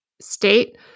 state